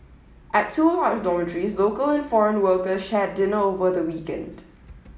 at two large dormitories local and foreign worker shared dinner over the weekend